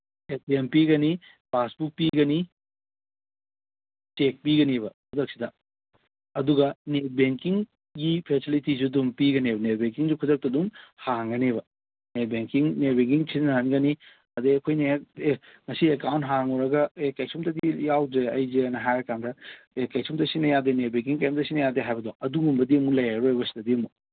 ꯑꯦ T M ꯄꯤꯔꯅꯤ passbook ꯄꯤꯒꯅꯤ cheque ꯄꯤꯒꯅꯤꯕ ꯈꯨꯗꯛꯁꯤꯗ ꯑꯗꯨꯒ ꯅꯦꯠ ꯕꯦꯡꯀꯤꯡꯒꯤ ꯐꯦꯁꯤꯂꯤꯁꯤꯁꯨ ꯑꯗꯨꯝ ꯄꯤꯒꯅꯦꯕ ꯅꯦꯠ ꯕꯦꯡꯀꯤꯡꯁꯨ ꯈꯨꯗꯛꯇ ꯑꯗꯨꯝ ꯍꯥꯡꯒꯅꯦꯕ ꯅꯦꯠ ꯕꯦꯡꯀꯤꯡ ꯅꯦꯠ ꯕꯦꯡꯀꯤꯡ ꯁꯤꯖꯤꯟꯅꯍꯟꯒꯅꯤ ꯑꯗꯒꯤ ꯑꯩꯈꯣꯏꯅ ꯍꯦꯛ ꯑꯦ ꯉꯁꯤ ꯑꯦꯀꯥꯎꯟ ꯍꯥꯡꯉꯨꯔꯒ ꯑꯦ ꯀꯩꯁꯨꯝꯇꯗꯤ ꯌꯥꯎꯗ꯭ꯔꯦ ꯑꯩꯁꯦꯅ ꯍꯥꯏꯔꯀꯥꯟꯗ ꯑꯦ ꯀꯩꯁꯨꯝꯇ ꯁꯤꯖꯤꯟꯅ ꯌꯥꯗꯦ ꯅꯦꯠ ꯕꯦꯡꯀꯤꯡ ꯀꯩꯝꯇ ꯁꯤꯖꯤꯟꯅ ꯌꯥꯗꯦ ꯍꯥꯏꯕꯗꯣ ꯑꯗꯨꯒꯨꯝꯕꯗꯤ ꯑꯃꯨꯛ ꯂꯩꯔꯔꯣꯏꯕ ꯁꯤꯗꯗꯤ ꯑꯃꯨꯛ